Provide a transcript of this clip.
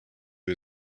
who